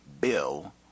bill